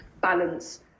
balance